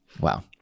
Wow